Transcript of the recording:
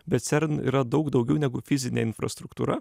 bet cern yra daug daugiau negu fizinė infrastruktūra